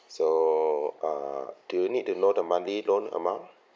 so uh do you need to know the monthly loan amount